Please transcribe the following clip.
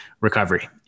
recovery